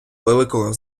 великого